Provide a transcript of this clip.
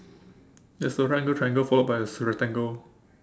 there's a right angled triangle followed by a rectangle